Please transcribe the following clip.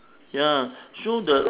ya so the